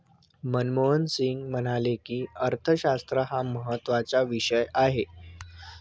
मनमोहन सिंग म्हणाले की, अर्थशास्त्र हा महत्त्वाचा विषय आहे